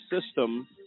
system